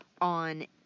on